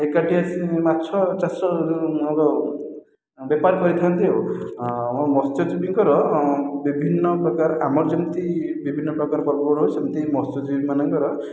ଏକାଠି ଆସି ମାଛ ଚାଷ ବେପାର କରିଥାନ୍ତି ଆଉ ମତ୍ସ୍ୟଜୀବୀଙ୍କର ବିଭିନ୍ନ ପ୍ରକାର ଆମର ଯେମିତି ବିଭିନ୍ନ ପ୍ରକାରର ପର୍ବ ପର୍ବାଣି ସେମିତି ମତ୍ସ୍ୟଜୀବୀ ମାନଙ୍କର